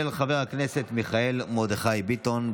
של חבר הכנסת מיכאל מרדכי ביטון.